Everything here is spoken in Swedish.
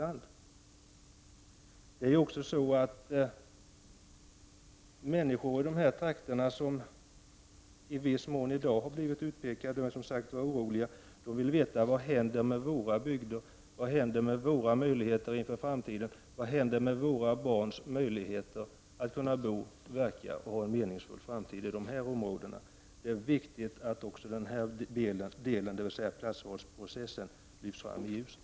Människor i de trakter som i viss mån har blivit utpekade är som sagt oroliga och vill veta: Vad händer med våra bygder? Vad händer med våra möjligheter inför framtiden? Vad händer med våra barns möjligheter att bo, verka och ha en meningsfull framtid i de här områdena? Det är viktigt att också platsvalsprocessen lyfts fram i ljuset.